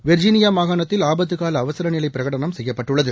Virginia மாகாணத்த்தில் ஆபத்துகால அவசரநிலை பிரகடனம் செய்யப்பட்டுள்ளது